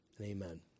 amen